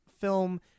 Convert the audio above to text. film